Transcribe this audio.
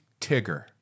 Tigger